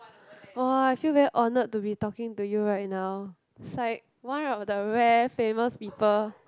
oh I feel very honored to be talking to you right now it's like one of the rare famous people